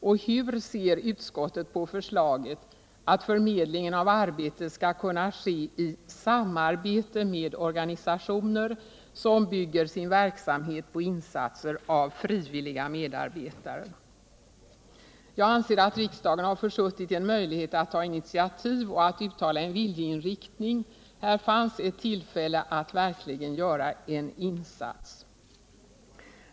Och hur ser utskottet på förslaget att förmedlingen av arbete skall kunna ske i samarbete med organisationer som bygger sin verksamhet på insatser av frivilliga medarbetare? Jag anser att riksdagen har försuttit en möjlighet att ta initiativ och att uttala en viljeinriktning. Här fanns ett tillfälle att verkligen göra en insats.